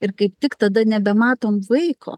ir kaip tik tada nebematom vaiko